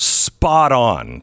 spot-on